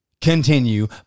Continue